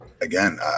Again